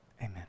Amen